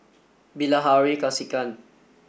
Bilahari Kausikan